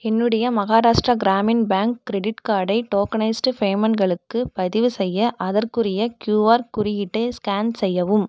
என்னுடைய Maharashtra Gramin bank credit கார்டை tokenise பேமெண்ட்களுக்கு பதிவுசெய்ய அதற்குரிய க்யூஆர் குறியீட்டை ஸ்கேன் செய்யவும்